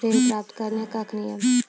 ऋण प्राप्त करने कख नियम?